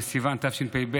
בסיוון התשפ"ב,